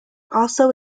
also